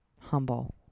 humble